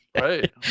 Right